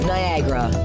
Niagara